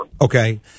okay